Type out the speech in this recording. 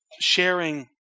sharing